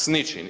s ničim.